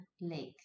lake